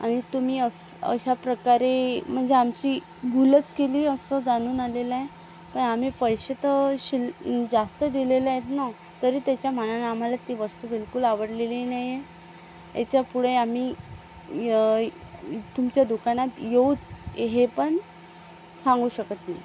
आणि तुम्ही असं अशा प्रकारे म्हणजे आमची भूलच केली असं जाणून आलेलं आहे तर आम्ही पैसे तर शिल जास्त दिलेले आहेत ना तरी त्याच्या मानाने आम्हाला ती वस्तू बिलकुल आवडलेली नाही आहे याच्यापुढे आम्ही य य तुमच्या दुकानात येउच हे पण सांगू शकत नाही